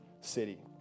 city